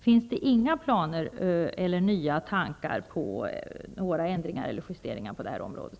Finns det inga planer eller nya tankar på några ändringar eller justeringar på det här området?